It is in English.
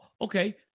okay